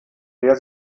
der